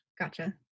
gotcha